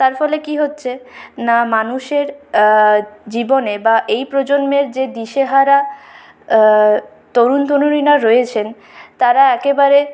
তার ফলে কি হচ্ছে না মানুষের জীবনে বা এই প্রজন্মের যে দিশেহারা তরুণ তরুণীরা রয়েছেন তারা একেবারে